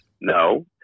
no